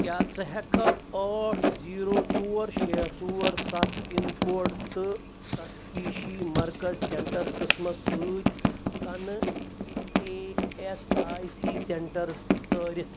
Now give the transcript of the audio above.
کیٛاہ ژٕ ہیٚکھا ٲٹھ زیٖرو ژور شےٚ ژور سَتھ پِن کوڈ تہٕ تشخیٖشی مرکز سینٹر قٕسمس سۭتۍ کنہٕ A S I C centre ژَٲرِتھ؟